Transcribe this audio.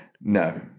No